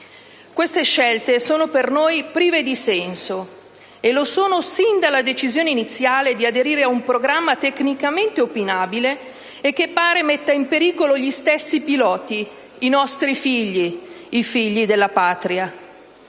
Queste scelte sono per noi prive di senso e lo sono sin dalla decisione iniziale di aderire ad un programma tecnicamente opinabile e che pare metta in pericolo gli stessi piloti: i nostri figli, i figli della Patria.